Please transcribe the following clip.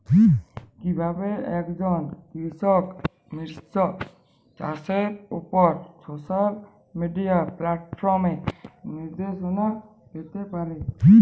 কিভাবে একজন কৃষক মিশ্র চাষের উপর সোশ্যাল মিডিয়া প্ল্যাটফর্মে নির্দেশনা পেতে পারে?